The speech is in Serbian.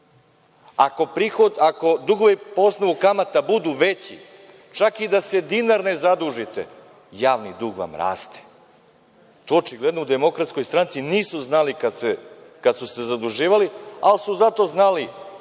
Ako dugovi po osnovu kamata budu veći, čak i da se dinar ne zadužite, javni dug vam raste. To očigledno u DS nisu znali kad su se zaduživali, ali su zato znali